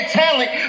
talent